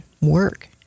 work